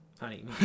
Honey